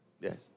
Yes